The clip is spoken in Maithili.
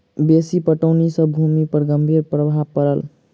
बेसी पटौनी सॅ भूमि पर गंभीर प्रभाव पड़ल